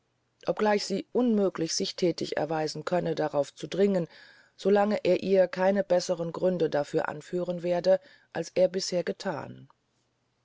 obgleich sie unmöglich sich thätig erweisen könne darauf zu dringen so lange er ihr keine bessere gründe dafür anführen werde als er bisher gethan